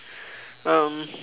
um